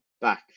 back